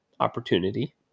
Opportunity